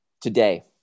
Today